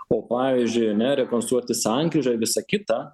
o pavyzdžiui ane rekonstruoti sankryžą ir visa kita